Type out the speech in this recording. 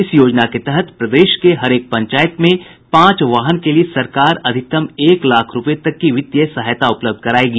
इस योजना के तहत प्रदेश के हरेक पंचायत में पांच वाहन के लिए सरकार अधिकतम एक लाख रूपये तक की वित्तीय सहायता उपलब्ध करायेगी